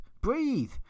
Breathe